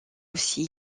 aussi